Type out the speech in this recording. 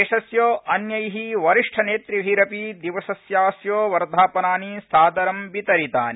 देशस्य अन्यै नेतृभिरपि दिवसस्यास्य वर्धापनानि सादरं वितरितानि